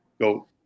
go